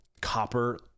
copper